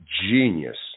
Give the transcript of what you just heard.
genius